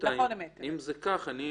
אם זה כך, אני